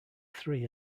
three